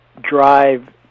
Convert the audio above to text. drive